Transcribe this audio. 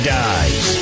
dies